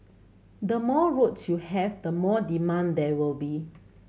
the more roads you have the more demand there will be